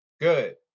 Good